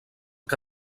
que